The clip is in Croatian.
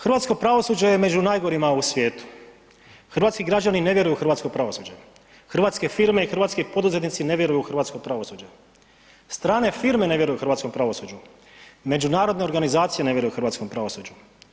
Hrvatsko pravosuđe je među najgorima u svijetu, hrvatski građani ne vjeruju u hrvatsko pravosuđe, hrvatske firme i hrvatski poduzetnici ne vjeruju u hrvatsko pravosuđe, strane firme ne vjeruju hrvatskom pravosuđe, međunarodne organizacije ne vjeruju hrvatskom pravosuđu.